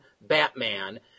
Batman